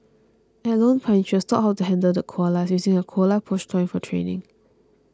at Lone Pine she was taught how to handle the koalas using a koala plush toy for training